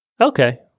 Okay